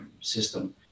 system